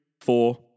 four